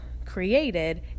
created